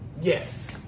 yes